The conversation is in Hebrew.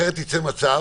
אחרת ייצא מצב